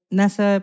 nasa